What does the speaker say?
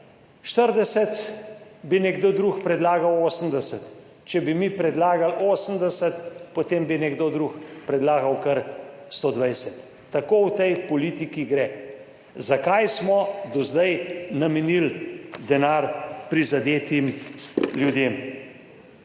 40, bi nekdo drug predlagal 80, če bi mi predlagali 80, potem bi nekdo drug predlagal kar 120. Tako v tej politiki gre. Zakaj smo do zdaj namenili denar prizadetim ljudem?